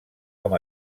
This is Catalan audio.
com